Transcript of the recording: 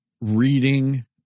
reading